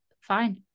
fine